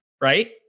Right